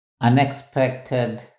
unexpected